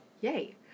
Yay